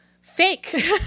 fake